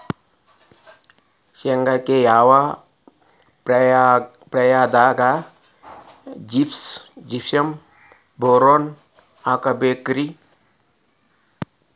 ಶೇಂಗಾಕ್ಕ ಯಾವ ಪ್ರಾಯದಾಗ ಜಿಪ್ಸಂ ಬೋರಾನ್ ಹಾಕಬೇಕ ರಿ?